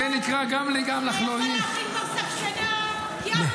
אמרתי לו: זה נהנה